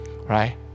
right